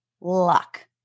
luck